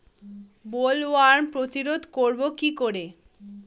Bollworm প্রতিরোধ করব কি করে?